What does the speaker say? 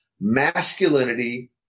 masculinity